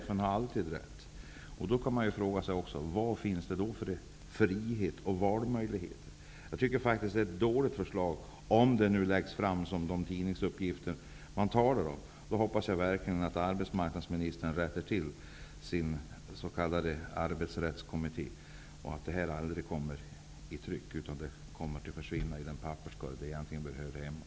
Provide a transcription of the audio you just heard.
Man kan inte säga att chefen alltid har rätt. Vad finns det då för frihet och valmöjlighet? Det är faktisk ett dåligt förslag om det som står i tidningsuppgifter är riktigt. Jag hoppas verkligen att arbetsmarknadsministern i sådana fall rättar sin s.k. Arbetsrättskommitté så att detta aldrig kommer i tryck, utan försvinner i den papperskorg där det egentligen hör hemma.